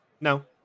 No